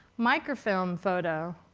microfilm photo,